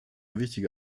wichtige